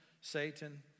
Satan